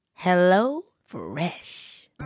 HelloFresh